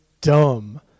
dumb